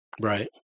Right